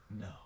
No